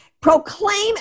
Proclaim